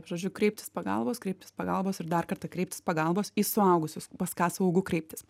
žodžiu kreiptis pagalbos kreiptis pagalbos ir dar kartą kreiptis pagalbos į suaugusius pas ką saugu kreiptis